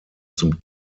zum